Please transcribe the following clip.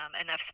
enough